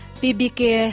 bibike